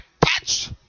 patch